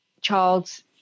child's